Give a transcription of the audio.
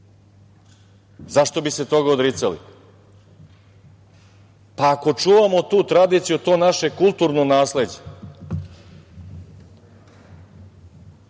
bi se toga odricali? Pa, ako čuvamo tu tradiciju, to naše kulturno nasleđe,